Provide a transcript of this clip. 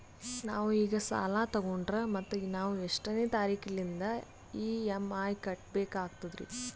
ನಾವು ಈಗ ಸಾಲ ತೊಗೊಂಡ್ರ ಮತ್ತ ನಾವು ಎಷ್ಟನೆ ತಾರೀಖಿಲಿಂದ ಇ.ಎಂ.ಐ ಕಟ್ಬಕಾಗ್ತದ್ರೀ?